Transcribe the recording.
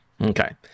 Okay